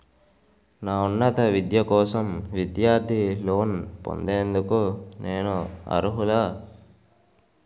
నా ఉన్నత విద్య కోసం విద్యార్థి లోన్ పొందేందుకు నేను అర్హులా?